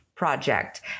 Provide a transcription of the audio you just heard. project